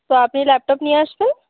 তো আপনি ল্যাপটপ নিয়ে আসবেন